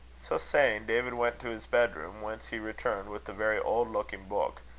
so saying, david went to his bedroom, whence he returned with a very old-looking book,